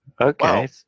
Okay